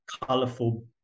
colorful